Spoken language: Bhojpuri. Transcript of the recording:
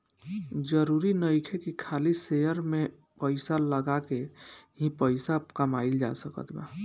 जरुरी नइखे की खाली शेयर में पइसा लगा के ही पइसा कमाइल जा सकत बा